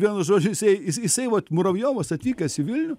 vienu žodžiu jisai jis jisai vat muravjovas atvykęs į vilnių